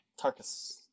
Tarkus